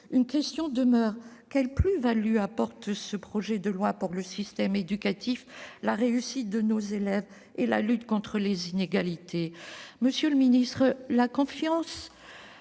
Une question demeure : quelle plus-value apporte ce projet de loi au système éducatif, à la réussite de nos élèves et à la lutte contre les inégalités ? Monsieur le ministre, la confiance,